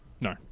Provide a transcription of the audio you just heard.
No